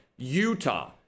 Utah